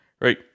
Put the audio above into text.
right